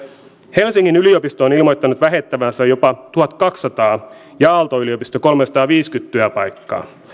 helsingin yliopisto on ilmoittanut vähentävänsä jopa tuhatkaksisataa ja aalto yliopisto kolmesataaviisikymmentä työpaikkaa